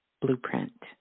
blueprint